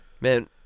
man